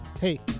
Hey